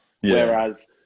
Whereas